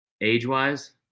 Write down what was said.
age-wise